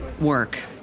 work